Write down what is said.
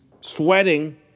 sweating